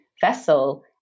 vessel